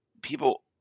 people